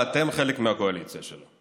ואתם חלק מהקואליציה שלו.